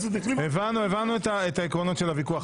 הבנו את עקרונות הוויכוח.